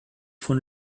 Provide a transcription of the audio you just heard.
von